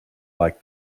like